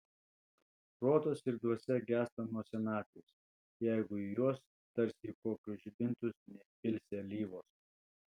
protas ir dvasia gęsta nuo senatvės jeigu į juos tarsi į kokius žibintus neįpilsi alyvos